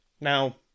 Now